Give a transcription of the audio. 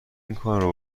اینکارو